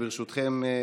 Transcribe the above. ברשותכם,